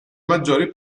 maggiori